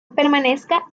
permanezca